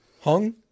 Hung